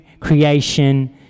creation